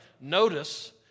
Notice